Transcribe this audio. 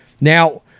Now